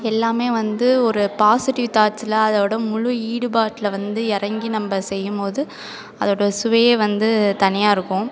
எல்லாமே வந்து ஒரு பாசிட்டிவ் தாட்ஸில் அதோட முழு ஈடுபாட்டில் வந்து இறங்கி நம்ம செய்யும் போது அதோட சுவையே வந்து தனியாக இருக்கும்